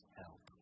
help